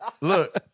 look